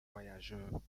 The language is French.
voyageurs